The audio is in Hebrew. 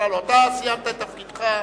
אתה סיימת את תפקידך.